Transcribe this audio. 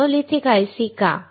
monolithic IC का